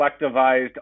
collectivized